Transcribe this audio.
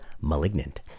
malignant